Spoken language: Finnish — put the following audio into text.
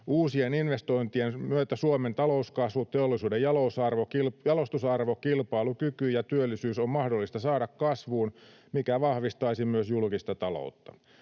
Uusien investointien myötä Suomen talouskasvu, teollisuuden jalostusarvo, kilpailukyky ja työllisyys on mahdollista saada kasvuun, mikä vahvistaisi myös julkista taloutta.